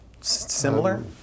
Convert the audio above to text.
similar